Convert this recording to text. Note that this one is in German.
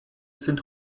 sind